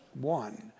one